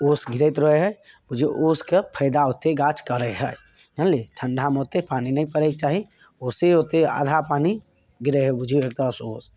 ओस गिरैत रहै हइ जे ओसके फायदा ओतेक गाछ करै हइ जानली ठण्डामे ओतेक पानी नहि पड़ैके चाही ओहिसे ओतेक आधा पानी गिरै हइ बुझिऔ एक तरहसे ओस